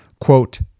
quote